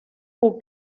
who